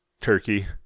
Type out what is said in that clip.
Turkey